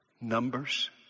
Numbers